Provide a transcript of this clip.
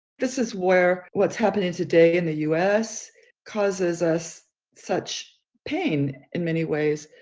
this is where what's happening today in the us causes us such pain in many ways,